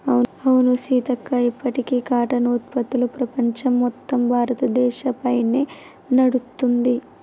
అవును సీతక్క ఇప్పటికీ కాటన్ ఉత్పత్తులు ప్రపంచం మొత్తం భారతదేశ పైనే నడుస్తుంది